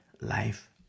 life